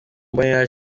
mbonera